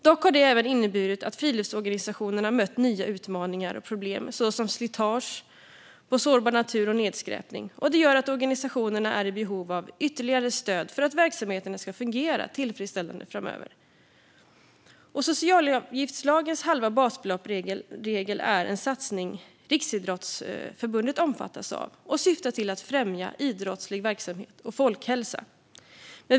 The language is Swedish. Dock har det även inneburit att friluftsorganisationerna mött nya utmaningar och problem, såsom slitage på sårbar natur och nedskräpning. Det gör att organisationerna är i behov av ytterligare stöd för att verksamheterna ska fungera tillfredsställande framöver. Socialavgiftslagens regel om halvt basbelopp är en satsning som Riksidrottsförbundet omfattas av. Den syftar till att främja idrottslig verksamhet och folkhälsa.